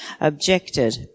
objected